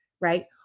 right